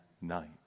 night